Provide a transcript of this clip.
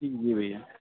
जी भैया